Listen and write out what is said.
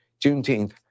Juneteenth